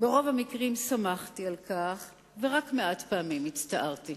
ברוב המקרים שמחתי על כך, ורק מעט פעמים הצטערתי.